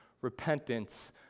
repentance